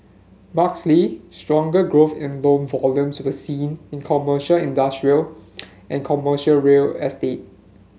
markedly stronger growth in loan volumes was seen in commercial industrial and commercial real estate